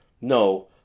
No